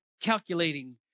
calculating